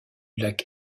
lac